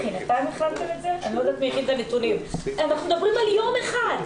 אנחנו מדברים על יום אחד,